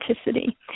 authenticity